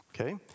Okay